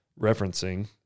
referencing